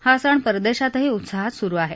हा सण विदेशातही उत्साहात सुरू आहे